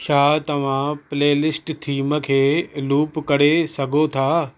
छा तव्हां playlist theme खे लूप करे सघो था